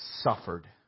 suffered